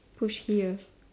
push here